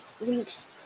links